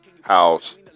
house